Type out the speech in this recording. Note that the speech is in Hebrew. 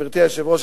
גברתי היושבת-ראש,